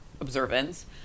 observance